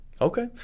Okay